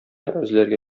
эзләргә